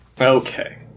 Okay